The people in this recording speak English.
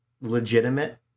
legitimate